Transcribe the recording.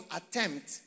attempt